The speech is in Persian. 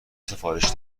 سفارش